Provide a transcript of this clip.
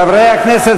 חבר הכנסת